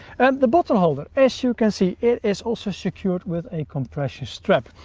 and the bottle holder, as you can see, it is also secured with a compression strap.